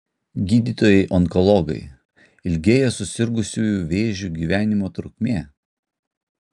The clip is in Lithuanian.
gydytojai onkologai ilgėja susirgusiųjų vėžiu gyvenimo trukmė